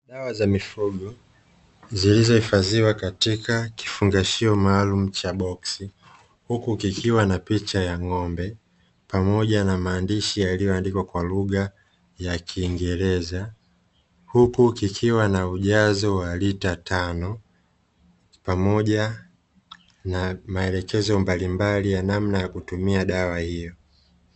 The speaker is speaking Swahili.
Dawa za mifugo, zilizohifadhiwa katika kifungashio maalumu cha boksi, huku kikiwa na picha ya ng'ombe, pamoja na maandishi yaliyoandikwa kwa lugha ya kiingereza, huku kikiwa na ujazo wa lita tano, pamoja na maelekezo mbalimbali ya namna ya kutumia dawa hiyo.